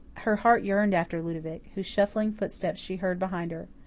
her heart yearned after ludovic, whose shuffling footsteps she heard behind her.